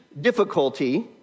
difficulty